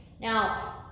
Now